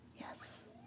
Yes